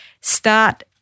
start